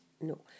no